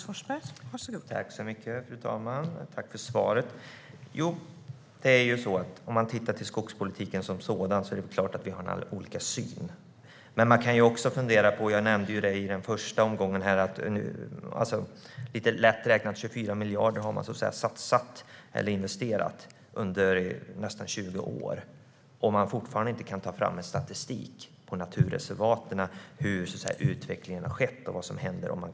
Fru talman! Jag tackar för svaret. Om man tittar till skogspolitiken som sådan är det klart att vi har olika syn. Men man kan också fundera på det som jag nämnde i den första omgången: Lite lätt räknat 24 miljarder har man satsat eller investerat under nästan 20 år, och man kan fortfarande inte ta fram en statistik för naturreservaten. Hur har utvecklingen skett, och vad händer?